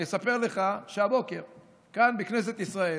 אני אספר כך שהבוקר, כאן, בכנסת ישראל,